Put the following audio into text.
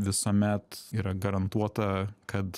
visuomet yra garantuota kad